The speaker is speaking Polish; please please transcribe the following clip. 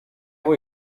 bój